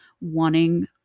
wanting